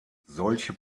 solche